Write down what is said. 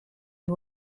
and